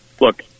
Look